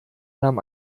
nahm